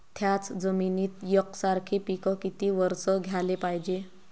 थ्याच जमिनीत यकसारखे पिकं किती वरसं घ्याले पायजे?